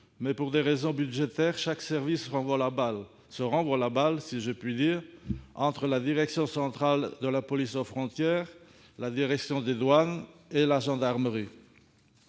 pour des raisons budgétaires, chaque service se renvoie la balle, si je puis dire, entre la direction centrale de la police aux frontières, la direction des douanes et la gendarmerie.